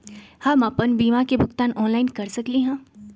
हम अपन बीमा के भुगतान ऑनलाइन कर सकली ह?